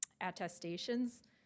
attestations